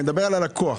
אני מדבר על הלקוח.